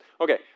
Okay